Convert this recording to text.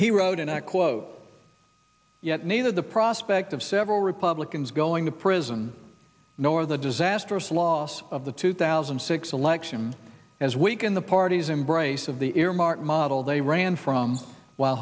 he wrote in a quote yet needed the prospect of several republicans going to prison nor the disastrous loss of the two thousand and six election as weaken the party's embrace of the earmark model they ran from w